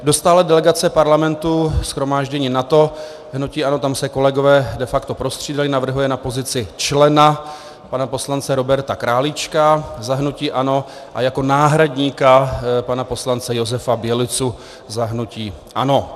Do stálé delegace Parlamentu shromáždění NATO hnutí ANO, tam se kolegové de facto prostřídali, navrhuje na pozici člena pana poslance Roberta Králíčka za hnutí ANO a jako náhradníka pana poslance Josefa Bělicu za hnutí ANO.